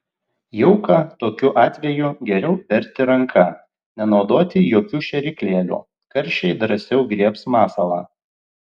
jauką tokiu atveju geriau berti ranka nenaudoti jokių šėryklėlių karšiai drąsiau griebs masalą